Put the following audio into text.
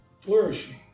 flourishing